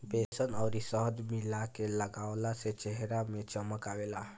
बेसन अउरी शहद मिला के लगवला से चेहरा में चमक आवेला